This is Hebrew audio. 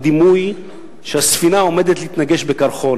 דימוי שהספינה עומדת להתנגש בקרחון,